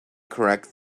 correct